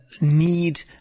need